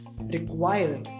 require